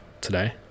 today